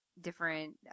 different